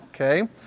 Okay